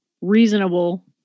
reasonable